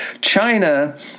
China